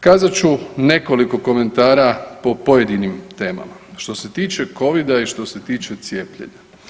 Kazat ću nekoliko komentara po pojedinim temama po ovom što se tiče covida i što se tiče cijepljenja.